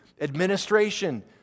administration